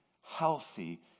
healthy